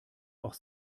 auch